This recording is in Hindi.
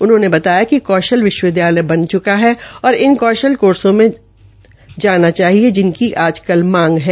उन्होंने बताया कि कौशल विश्वविद्यालय बन चुका है और इस कौशल कोर्सो में जाना चाहिए जिनकी आज कल मांग है